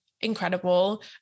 Incredible